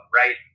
right